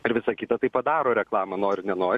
ar visa kita tai padaro reklamą nori nenori